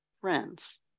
friends